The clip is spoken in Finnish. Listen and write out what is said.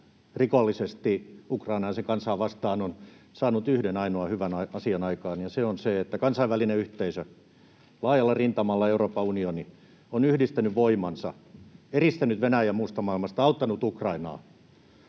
rikollisesti Ukrainaa ja sen kansaa vastaan on saanut yhden ainoan hyvän asian aikaan, ja se on se, että kansainvälinen yhteisö laajalla rintamalla — ja Euroopan unioni — on yhdistänyt voimansa, eristänyt Venäjän muusta maailmasta, auttanut Ukrainaa,